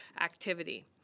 activity